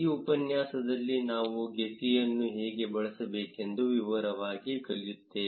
ಈ ಉಪನ್ಯಾಸದಲ್ಲಿ ನಾವು ಗೆಫಿಅನ್ನು ಹೇಗೆ ಬಳಸಬೇಕೆಂದು ವಿವರವಾಗಿ ಕಲಿಯುತ್ತೇವೆ